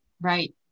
Right